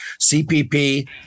CPP